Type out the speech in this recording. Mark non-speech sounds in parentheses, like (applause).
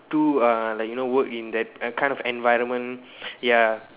to uh like you know work in that (noise) kind of environment ya